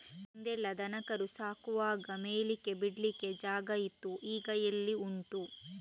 ಹಿಂದೆಲ್ಲ ದನ ಕರು ಸಾಕುವಾಗ ಮೇಯ್ಲಿಕ್ಕೆ ಬಿಡ್ಲಿಕ್ಕೆ ಜಾಗ ಇತ್ತು ಈಗ ಎಲ್ಲಿ ಉಂಟು